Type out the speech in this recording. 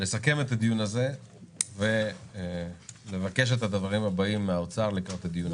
לסכם את הדיון הזה ולבקש את הדברים הבאים מהאוצר לקראת הדיון הבא.